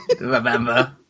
Remember